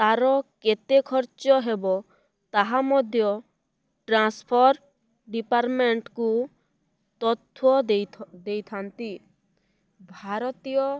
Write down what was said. ତା'ର କେତେ ଖର୍ଚ୍ଚ ହେବ ତାହା ମଧ୍ୟ ଟ୍ରାନ୍ସଫର୍ ଡିପାର୍ଟମେଣ୍ଟକୁ ତଥ୍ୟ ଦେଇ ଦେଇଥାନ୍ତି ଭାରତୀୟ